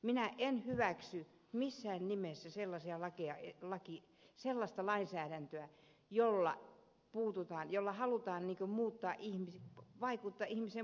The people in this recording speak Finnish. minä en hyväksy missään nimessä sellaista lainsäädäntöä jolla halutaan vaikuttaa ihmisen moraaliin